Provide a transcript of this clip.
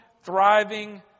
thriving